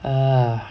ah